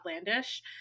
outlandish